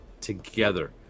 together